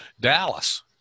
Dallas